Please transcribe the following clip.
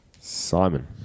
Simon